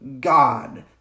God